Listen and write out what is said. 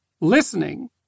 Listening